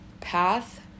path